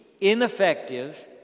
ineffective